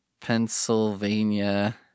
Pennsylvania